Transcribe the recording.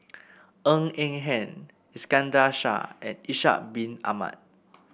Ng Eng Hen Iskandar Shah and Ishak Bin Ahmad